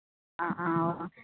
आं आं